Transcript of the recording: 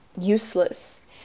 useless